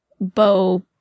Bo